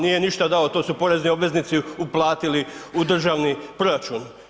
Nije ništa dao, to su porezni obveznici uplatiti u državni proračun.